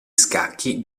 scacchi